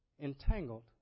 entangled